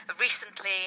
Recently